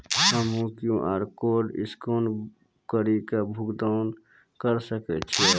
हम्मय QR code scan कड़ी के भुगतान करें सकय छियै?